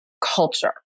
culture